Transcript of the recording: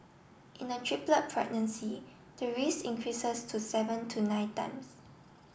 in a triplet pregnancy the risk increases to seven to nine times